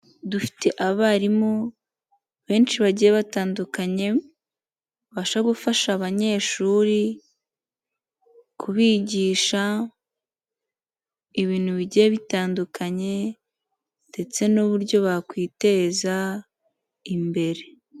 Dufite abarimu benshi bagiye batandukanye babasha gufasha abanyeshuri kubigisha ibintu bigiye bitandukanye ndetse n'uburyo bakwiteza imbere.